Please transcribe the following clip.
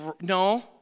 no